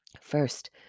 First